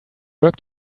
work